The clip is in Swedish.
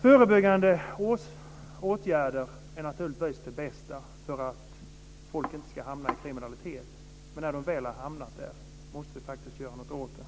Förebyggande åtgärder är naturligtvis det bästa för att människor inte ska hamna i kriminalitet, men när de väl har hamnat där måste vi faktiskt göra något åt det.